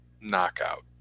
knockout